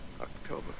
October